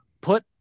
Put